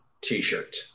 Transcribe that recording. t-shirt